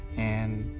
and,